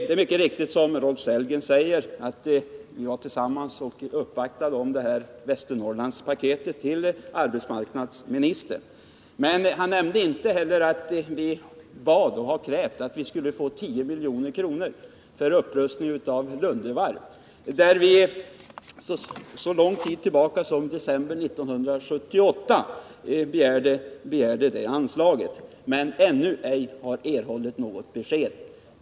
Det är mycket riktigt som Rolf Sellgren säger, att jag var med och uppvaktade arbetsmarknadsministern angående Västernorrlandspaketet. Men han nämnde inte att vi har bett att få 10 milj.kr. för upprustning av Lunde Varv. Redan i december 1978 begärde vi det anslaget, men vi har ännu ej erhållit något besked.